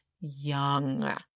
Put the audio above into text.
young